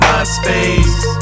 MySpace